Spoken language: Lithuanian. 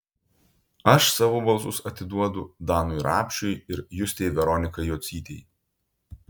aš savo balsus atiduodu danui rapšiui ir justei veronikai jocytei